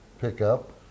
pickup